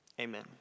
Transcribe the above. amen